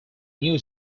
new